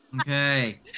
Okay